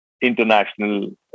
international